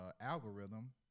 algorithm